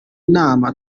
nama